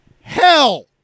Hell